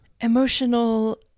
emotional